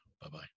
Bye-bye